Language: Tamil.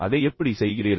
அதை எப்படி செய்கிறீர்கள்